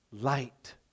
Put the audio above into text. light